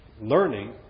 learning